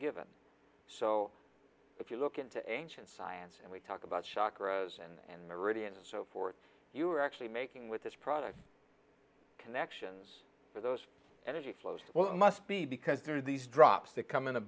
given so if you look into ancient science and we talk about shock rows and meridian and so forth you're actually making with this product connections for those energy flows well it must be because there are these drops that come in a